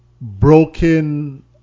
broken